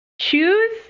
choose